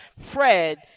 Fred